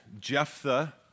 Jephthah